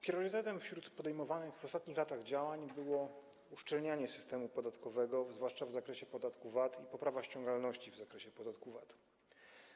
Priorytetem, jeśli chodzi o podejmowane w ostatnich latach działania, to było uszczelnienie systemu podatkowego, zwłaszcza w zakresie podatku VAT, i poprawa ściągalności w zakresie podatku VAT.